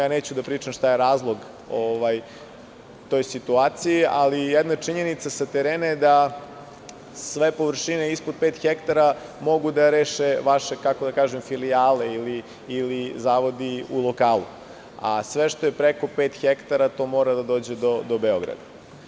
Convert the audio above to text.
Neću da pričam šta je razlog toj situaciji, ali činjenica sa terena jeste da sve površine ispod pet hektara mogu da reše vaše filijale ili zavodi u lokalu, a sve što je preko pet hektara, mora da dođe do Beograda.